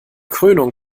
krönung